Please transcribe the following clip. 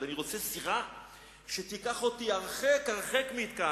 'אני רוצה סירה שתיקח אותי הרחק הרחק מכאן.